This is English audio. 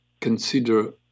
consider